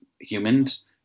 humans